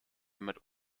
mit